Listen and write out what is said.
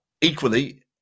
equally